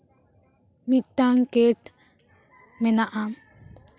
ᱢᱤᱫᱴᱟᱝ ᱠᱮᱴ ᱢᱮᱱᱟᱜᱼᱟ